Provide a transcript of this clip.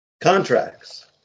Contracts